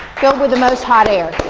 filled with the most hot air.